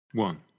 One